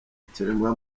ikiremwa